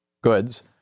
goods